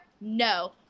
No